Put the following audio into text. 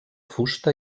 fusta